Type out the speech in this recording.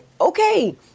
okay